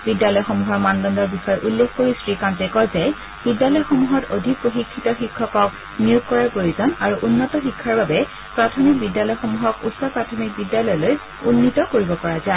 বিদ্যালয়সমূহৰ মানদণ্ডৰ বিষয়ে উল্লেখ কৰি শ্ৰীকান্তে কয় যে বিদ্যালয়সমূহত অধিক প্ৰশিক্ষিত শিক্ষকক নিয়োগ কৰাৰ প্ৰয়োজন আৰু উন্নত শিক্ষাৰ বাবে প্ৰাথমিক বিদ্যালয়সমূহক উচ্চ প্ৰাথমিক বিদ্যালয়লৈ উন্নীত কৰিব পৰা যায়